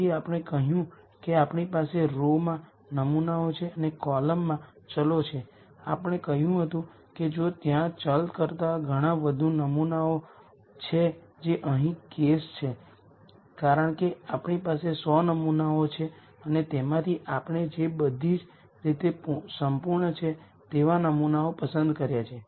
તેથી આપણે કહ્યું કે આપણી પાસે રોમાં નમૂનાઓ છે અને કોલમમાં વેરીએબલ્સ છે આપણે કહ્યું હતું કે જો ત્યાં વેરીએબલ કરતા ઘણા વધુ નમૂનાઓ છે જે અહીં કેસ છે કારણ કે આપણી પાસે 100 નમૂનાઓ છે અને તેમાંથી આપણે જે બધી જ રીતે સંપૂર્ણ છે તેવા નમૂનાઓ પસંદ કર્યા છે